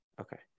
Okay